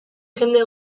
jende